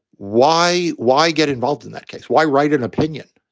why? why get involved in that case? why write an opinion?